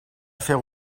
faire